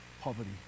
poverty